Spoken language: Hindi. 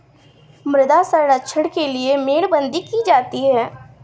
मृदा संरक्षण करने के लिए मेड़बंदी की जाती है